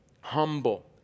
humble